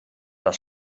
das